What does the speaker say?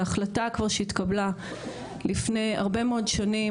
זו החלטה שכבר התקבלה לפני הרבה מאוד שנים,